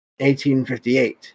1858